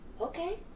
Okay